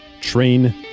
train